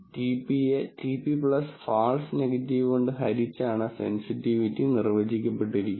TP യെ TP false negative കൊണ്ട് ഹരിച്ചാണ് സെൻസിറ്റിവിറ്റി നിര്വചിക്കപ്പെട്ടിരിക്കുന്നത്